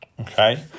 Okay